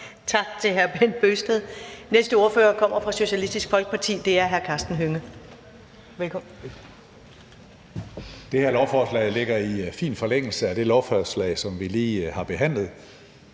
tak til hr. Bent Bøgsted. Næste ordfører kommer fra Socialistisk Folkeparti, og det er hr. Karsten Hønge. Værsgo. Kl. 14:32 (Ordfører) Karsten Hønge (SF): Det her lovforslag ligger i fin forlængelse af det lovforslag, som vi lige har behandlet.